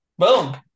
Boom